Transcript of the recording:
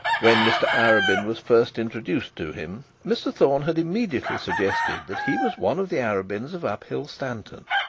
when mr arabin was first introduced to him, mr thorne had immediately suggested that he was one of the arabins of uphill stanton.